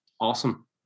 Awesome